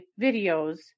videos